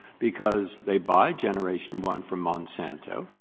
because they buy generation one from monsanto,